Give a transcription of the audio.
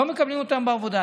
לא מקבלים אותם לעבודה.